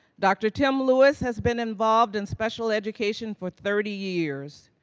dr. tim lewis has been involved in special education for thirty years.